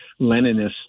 Leninist